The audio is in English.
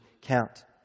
count